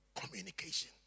Communication